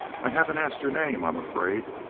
i haven't asked your name, i'm afraid.